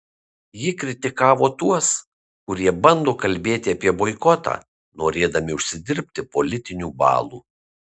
ji kritikavo tuos kurie bando kalbėti apie boikotą norėdami užsidirbti politinių balų